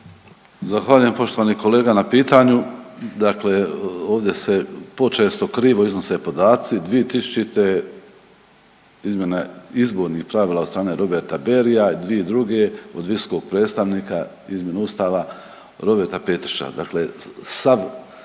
Zahvaljujem poštovani kolega na pitanju. Dakle, ovdje se počesto krivo iznose podaci 2000. izmjene izbornih pravila od strane Roberta Berrya, 2002. od visokog predstavnika izmjene Ustava Roberta Petrića,